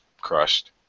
crushed